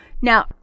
Now